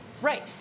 Right